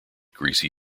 greasy